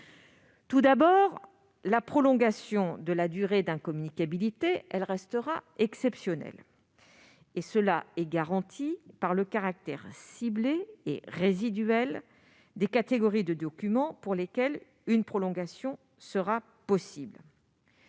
Tout d'abord, la prolongation de la durée d'incommunicabilité restera exceptionnelle : ce qui le garantit, c'est le caractère ciblé et résiduel des catégories de documents pour lesquelles une prolongation sera possible.